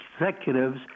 executives